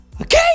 Okay